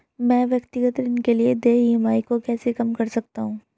मैं व्यक्तिगत ऋण के लिए देय ई.एम.आई को कैसे कम कर सकता हूँ?